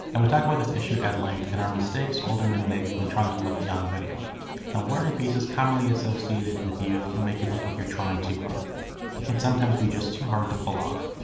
and we talk about this issue at length in our mistakes older men make when trying to look young video. now wearing pieces commonly associated with youth can make you look like you're trying too hard. it can sometimes be just too hard to pull off.